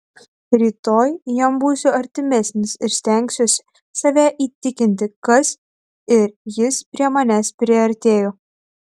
rytoj jam būsiu artimesnis ir stengsiuosi save įtikinti kas ir jis prie manęs priartėjo